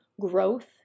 growth